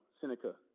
Seneca